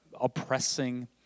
oppressing